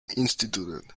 instituted